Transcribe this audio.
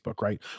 right